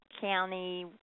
county